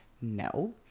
no